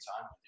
time